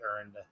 earned